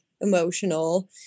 emotional